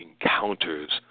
encounters